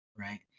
Right